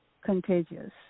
contagious